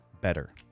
Better